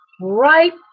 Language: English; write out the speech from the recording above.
right